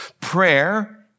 Prayer